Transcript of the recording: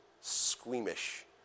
squeamish